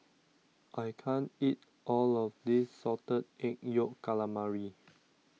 I can't eat all of this Salted Egg Yolk Calamari